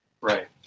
Right